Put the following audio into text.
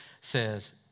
says